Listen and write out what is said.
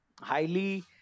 highly